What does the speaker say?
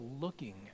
looking